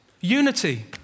Unity